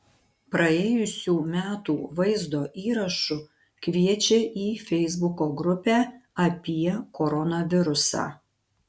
praėjusių metų vaizdo įrašu kviečia į feisbuko grupę apie koronavirusą